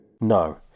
No